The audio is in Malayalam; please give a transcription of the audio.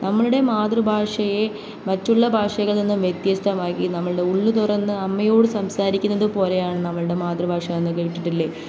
നമ്മളുടെ മാതൃഭാഷയെ മറ്റുള്ള ഭാഷകളിൽനിന്നും വ്യത്യസ്തമാക്കി നമ്മളുടെ ഉള്ളു തുറന്ന് അമ്മയോട് സംസാരിക്കുന്നത് പോലെയാണ് നമ്മളുടെ മാതൃഭാഷ എന്ന് കേട്ടിട്ടില്ലേ